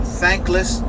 thankless